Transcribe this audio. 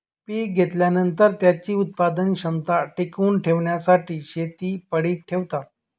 पीक घेतल्यानंतर, त्याची उत्पादन क्षमता टिकवून ठेवण्यासाठी शेत पडीक ठेवतात